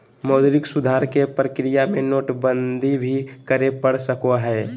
मौद्रिक सुधार के प्रक्रिया में नोटबंदी भी करे पड़ सको हय